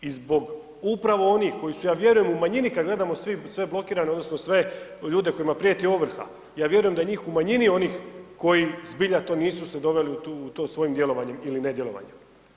I zbog upravo onih koji su ja vjerujem u manjini kad gledamo sve blokirane odnosno sve ljude kojima prijeti ovrha, ja vjerujem da je njih u manjini onih koji zbilja to nisu se doveli u to svojim djelovanjem ili nedjelovanjem.